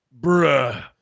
bruh